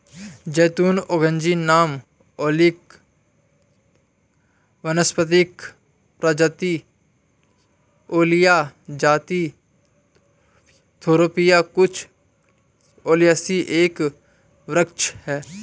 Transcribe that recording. ज़ैतून अँग्रेजी नाम ओलिव वानस्पतिक प्रजाति ओलिया जाति थूरोपिया कुल ओलियेसी एक वृक्ष है